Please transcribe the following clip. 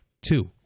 Two